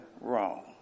wrong